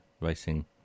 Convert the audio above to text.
racing